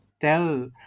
tell